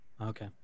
Okay